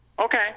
Okay